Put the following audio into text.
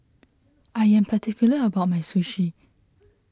I am particular about my Sushi